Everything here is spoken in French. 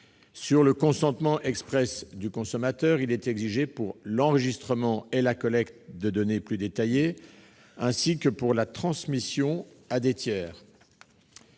Sur le consentement exprès du consommateur, il est exigé pour l'enregistrement et la collecte de données plus détaillées, ainsi que pour la transmission à des tiers.